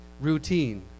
routine